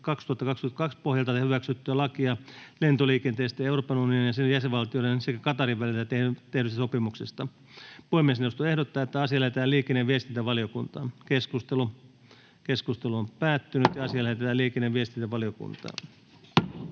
vp pohjalta hyväksyttyä lakia lentoliikenteestä Euroopan unionin ja sen jäsenvaltioiden sekä Qatarin välillä tehdystä sopimuksesta. Puhemiesneuvosto ehdottaa, että asia lähetetään liikenne- ja viestintävaliokuntaan. Lähetekeskustelua varten esitellään päiväjärjestyksen